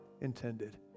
intended